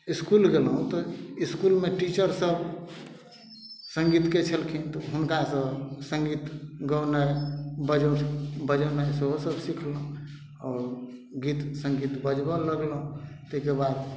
इसकुल गेलहुॅं तऽ इसकुलमे टीचर सभ संगीतके छलखिन तऽ हुनकासँ संगीत गायन बजायब सेहो सभ सिखलहुॅं आओर गीत संगीत बजबऽ लगलहुॅं ताहिके बाद